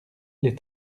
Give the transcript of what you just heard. les